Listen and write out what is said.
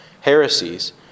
heresies